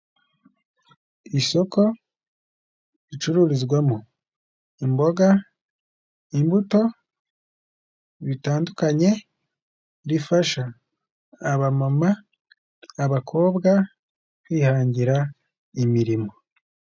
Isoko ricururizwamo imboga, imbuto bitandukanye rifasha abamama, abakobwa kwihangira imirimo.